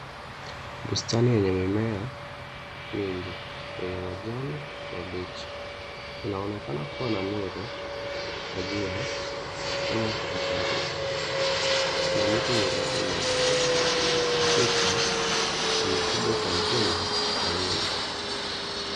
Bustani yenye mimea mingi yenye majani mabichi inaonekana kuwa na nuru ya jua ikipenya kutoka juu. Kuna miti mirefu nyuma. Mapicha yamepigwa kwa mtindo wa wima.